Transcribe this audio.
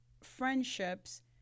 friendships